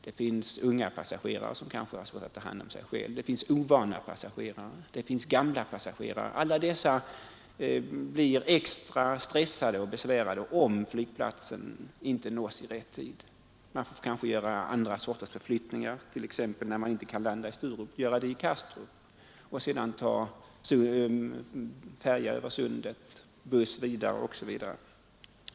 Det finns unga passagerare som kanske har svårt att ta hand om sig själva, ovana passagerare, gamla passagerare. Alla dessa blir extra stressade och besvärade, om flygplatsen inte nås i rätt tid. Man kanske får göra andra sorters förflyttningar, t.ex. via Kastrup, när man inte kan landa i Sturup. Sedan får man ta färja över Sundet, buss vidare osv.